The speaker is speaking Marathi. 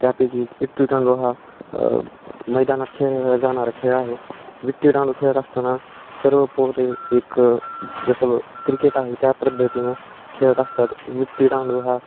त्यापैकी इट्टी दांडू हा मैदानात खेळला जाणारा खेळ आहे विट्टीदांडू खेळत असताना सर्वपोरे एक जसं क्रिकेट आहे त्या पद्धतीनें खेळत असतात विट्टीडांडू हा